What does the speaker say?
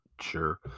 sure